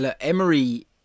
Emery